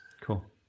Cool